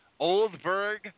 Oldberg